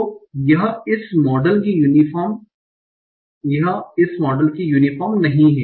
तो यह इस मॉडल के यूनीफोर्म नहीं है